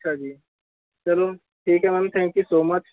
ਅੱਛਾ ਜੀ ਚੱਲੋ ਠੀਕ ਹੈ ma'am thank you so much